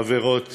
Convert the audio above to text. ועבירות